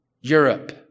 Europe